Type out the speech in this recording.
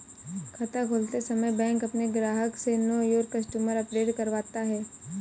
खाता खोलते समय बैंक अपने ग्राहक से नो योर कस्टमर अपडेट करवाता है